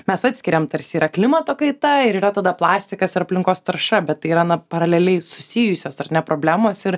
mes atskiriam tarsi yra klimato kaita ir yra tada plastikas ar aplinkos tarša bet tai yra na paraleliai susijusios ar ne problemos ir